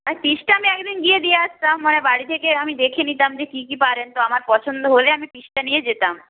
আর পিসটা আমি একদিন গিয়ে দিয়ে আসতাম মানে বাড়ি থেকে আমি দেখে নিতাম যে কী কী পারেন তো আমার পছন্দ হলে আমি পিসটা নিয়ে যেতাম